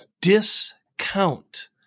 discount